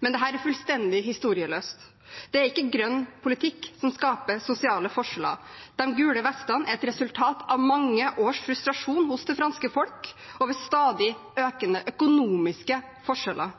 Men dette er fullstendig historieløst. Det er ikke grønn politikk som skaper sosiale forskjeller. De gule vestene er et resultat av mange års frustrasjon hos det franske folk over stadig økende økonomiske forskjeller.